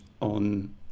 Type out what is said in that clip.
on